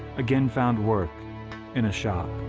again found work in a shop.